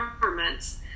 governments